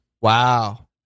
Wow